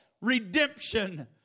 redemption